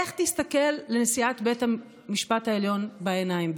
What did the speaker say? איך תסתכל לנשיאת בית המשפט העליון בעיניים,